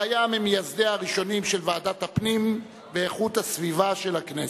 והיה ממייסדיה הראשונים של ועדת הפנים ואיכות הסביבה של הכנסת.